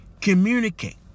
communicate